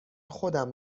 خودم